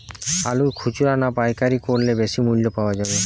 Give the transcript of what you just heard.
আলু খুচরা না পাইকারি করলে বেশি মূল্য পাওয়া যাবে?